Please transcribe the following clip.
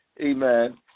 amen